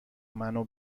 منو